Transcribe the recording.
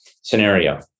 scenario